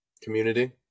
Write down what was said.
community